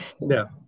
no